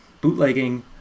Bootlegging